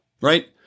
right